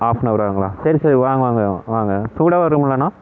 of ஆப் அவர்ங்களா சரி சரி வாங்க வாங்க வாங்க சூடாக வருங்களாண்ணா